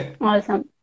Awesome